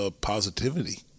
positivity